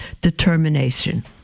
determination